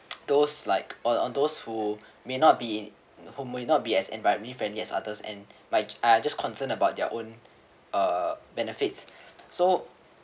those like on those who may not be in the home way may not be as environment friendly as others and like are just concerned about their own uh benefits so